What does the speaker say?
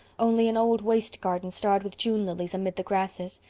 only an old waste garden starred with june lilies amid the grasses,